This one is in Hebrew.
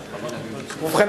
ובכן,